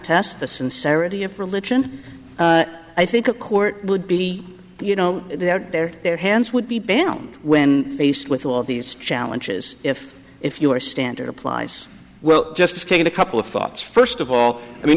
est the sincerity of religion i think a court would be you know their their their hands would be banned when faced with all these challenges if if your standard applies well justice kagan a couple of thoughts first of all i mean